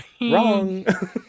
Wrong